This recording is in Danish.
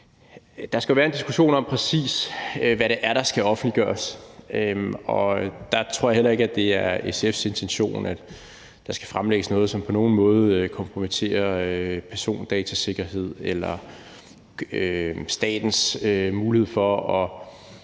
Der skal jo være en diskussion om, hvad det præcis er, der skal offentliggøres, og der tror jeg heller ikke, at det er SF's intention, at der skal fremlægges noget, som på nogen måde kompromitterer persondatasikkerheden eller statens mulighed for at